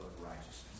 righteousness